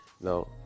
no